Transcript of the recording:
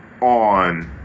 On